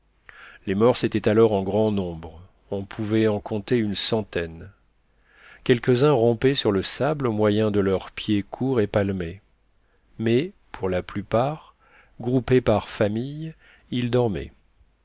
les morses étaient alors en grand nombre on pouvait en compter une centaine quelques-uns rampaient sur le sable au moyen de leurs pieds courts et palmés mais pour la plupart groupés par famille ils dormaient